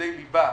בלימודי ליבה,